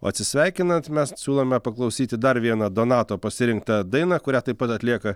o atsisveikinant mes siūlome paklausyti dar vieną donato pasirinktą dainą kurią taip pat atlieka